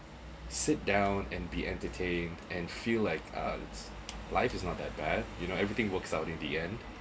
sit down and be entertained and feel like uh life is not that bad you know everything works out in the end